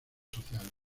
sociales